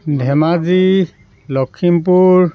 Dhemaji Lakhimpur